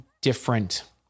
different